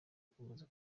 akomeza